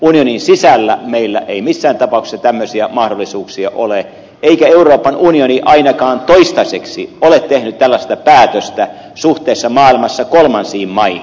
unionin sisällä meillä ei missään tapauksessa tämmöisiä mahdollisuuksia ole eikä euroopan unioni ainakaan toistaiseksi ole tehnyt tällaista päätöstä suhteessa maailman kolmansiin maihin